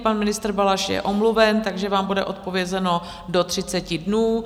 Pan ministr Balaš je omluven, takže vám bude odpovězeno do 30 dnů.